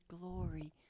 glory